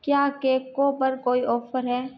क्या केकों पर कोई ऑफर है